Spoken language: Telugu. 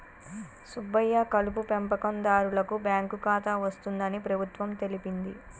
సుబ్బయ్య కలుపు పెంపకందారులకు బాంకు ఖాతా వస్తుందని ప్రభుత్వం తెలిపింది